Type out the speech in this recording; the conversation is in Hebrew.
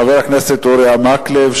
חבר הכנסת אורי מקלב,